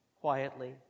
quietly